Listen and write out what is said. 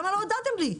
למה לא הודעתם לי?